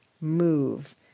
move